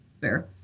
fair